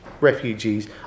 refugees